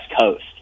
Coast